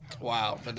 Wow